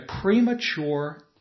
premature